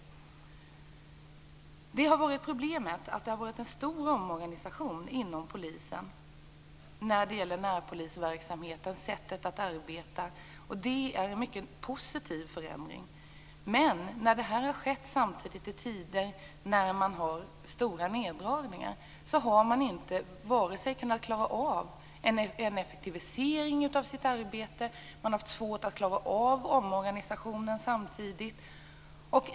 Problemet har varit att det har skett en stor omorganisation inom polisen när det gäller närpolisverksamheten och sättet att arbeta. Det är en mycket positiv förändring, men när det har skett i tider av stora neddragningar har man inte kunnat klara en effektivisering av sitt arbete och haft svårt att klara omorganisationen samtidigt.